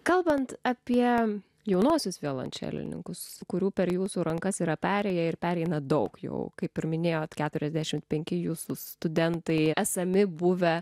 kalbant apie jaunuosius violončelininkus kurių per jūsų rankas yra perėję ir pereina daug jau kaip ir minėjo keturiasdešimt penki jūsų studentai esami buvę